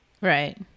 right